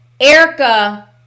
Erica